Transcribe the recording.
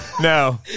No